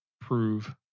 prove